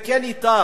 כן ייטב.